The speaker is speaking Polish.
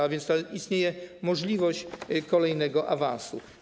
Tak więc istnieje możliwość kolejnego awansu.